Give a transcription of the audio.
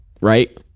right